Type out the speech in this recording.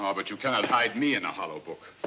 um but you cannot hide me in a hollow book.